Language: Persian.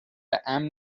امن